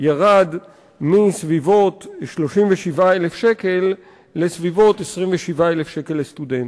ירד מסביבות 37,000 שקל לסביבות 27,000 שקל לסטודנט.